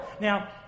Now